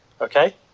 Okay